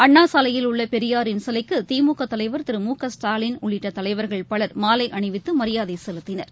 அண்ணாசாலையில் உள்ளபெரியாரின் சிலைக்குதிமுகதலைவர் திரு மு க ஸ்டாலின் உள்ளிட்டதலைவர்கள் பலர் மாலைஅணிவித்தமரியாதைசெலுத்தினர்